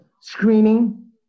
screening